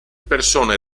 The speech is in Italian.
persone